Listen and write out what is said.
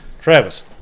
Travis